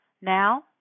Now